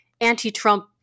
anti-Trump